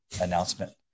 announcement